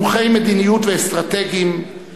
מומחי מדיניות ואסטרטגים,